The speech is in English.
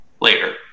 later